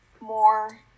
more